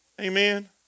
Amen